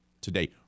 today